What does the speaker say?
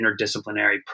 interdisciplinary